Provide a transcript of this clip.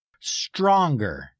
stronger